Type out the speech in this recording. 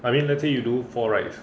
I mean let's say you do four rides